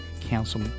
Council